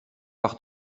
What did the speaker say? par